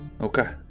Okay